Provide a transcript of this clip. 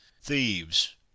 thieves